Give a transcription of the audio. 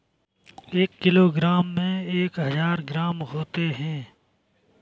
एक किलोग्राम में एक हजार ग्राम होते हैं